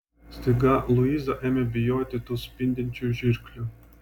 staiga luiza ėmė bijoti tų spindinčių žirklių